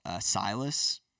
Silas